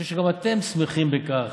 אני חושב שגם אתם שמחים בכך